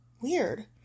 Weird